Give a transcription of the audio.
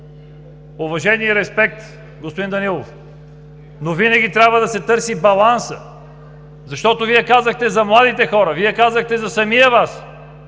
Уважение и респект, господин Данаилов, но винаги трябва да се търси балансът! Вие казахте за младите хора, за самия Вас,